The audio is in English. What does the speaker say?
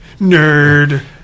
Nerd